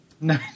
No